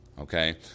Okay